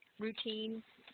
routine